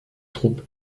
troupe